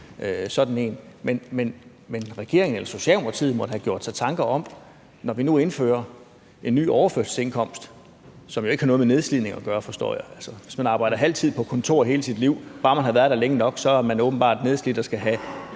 Men regeringen eller Socialdemokratiet må have gjort sig tanker om, at der, når vi nu indfører en ny overførselsindkomst – som jo ikke har noget med nedslidning at gøre, forstår jeg, for hvis man arbejder halv tid på kontor hele sit liv og så bare har været der længe nok, så er man åbenbart nedslidt og skal have